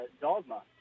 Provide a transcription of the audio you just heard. dogma